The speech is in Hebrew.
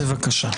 בבקשה.